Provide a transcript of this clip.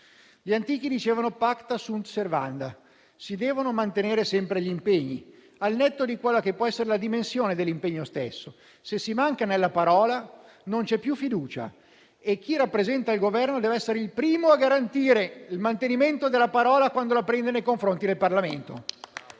Gli antichi dicevano «*pacta sunt servanda*»: si devono mantenere sempre gli impegni, al netto delle loro dimensioni. Se si manca nella parola, non c'è più fiducia. Chi rappresenta il Governo deve essere il primo a garantire il mantenimento della parola data nei confronti del Parlamento.